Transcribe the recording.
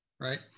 Right